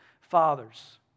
fathers